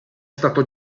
stato